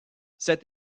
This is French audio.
cet